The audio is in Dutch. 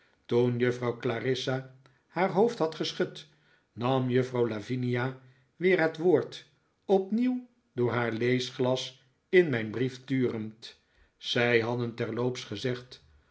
toen juffrouw clarissa haar hoofd had geschud nam juffrouw lavinia weer het woord opnieuw door haar leesglas in mijn brief turend zij hadden terloops gezegd